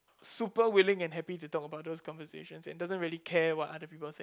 super willing and happy to talk about those conversations and doesn't really care what other people think